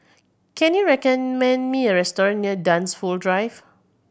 can you recommend me a restaurant near Dunsfold Drive